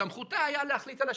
בסמכותה היה להחליט על השליש,